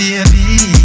Baby